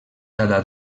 cada